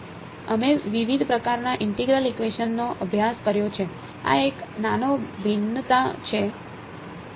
અમે વિવિધ પ્રકારના ઇન્ટેગ્રલ ઇકવેશન નો અભ્યાસ કર્યો છે આ એક નાનો ભિન્નતા છે